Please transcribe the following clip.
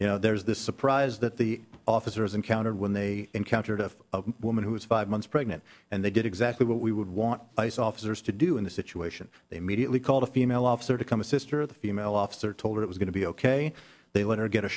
you know there's this surprise that the officers encountered when they encountered a woman who was five months pregnant and they did exactly what we would want ice officers to do in this situation they immediately called a female officer to come a sister of the female officer told it was going to be ok they let her get